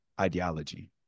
ideology